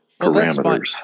parameters